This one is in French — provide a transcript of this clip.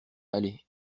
allez